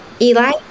Eli